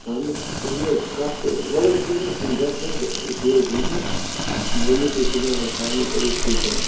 اہَن حظ صحی حظ چھِ کَتھ تہٕ وۅلہٕ حظ کیٚنٛہہ نہٕ حظ چھُنہٕ گَژِھ حظ تُہۍ حظ یی زیٚو ؤنِو تُہۍ پُلیررَن سارِنٕے کٔرہوٗکھ تُہۍ تِم